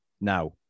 now